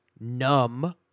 Numb